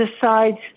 decides